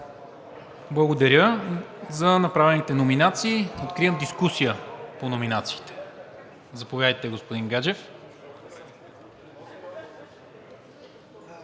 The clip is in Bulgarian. Благодаря за направените номинации. Откривам дискусия по номинациите. Заповядайте, господин Гаджев.